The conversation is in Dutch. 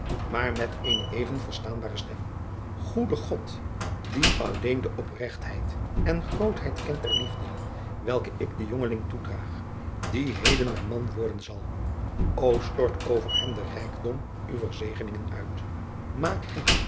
maar met eene even verstaanbare stem goede od die alleen de opregtheid en grootheid kent der liefde welke ik den jongeling toedraag die heden mijn man worden zal o stort over hem den rijkdom uwer zegeningen uit maak hem